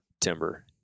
timber